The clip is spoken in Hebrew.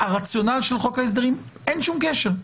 הרציונל של חוק ההסדרים אין קשר.